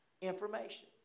information